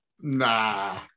Nah